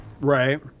Right